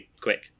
quick